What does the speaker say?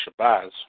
Shabazz